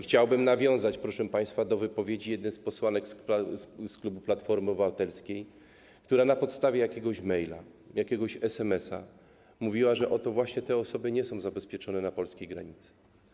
Chciałbym nawiązać, proszę państwa, do wypowiedzi jednej z posłanek z klubu Platformy Obywatelskiej, która na podstawie jakiegoś mejla, jakiegoś SMS-a mówiła, że te osoby nie są zabezpieczone na polskiej granicy.